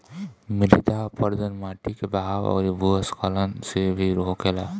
मृदा अपरदन माटी के बहाव अउरी भू स्खलन से भी होखेला